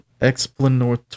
Explanatory